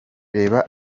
reba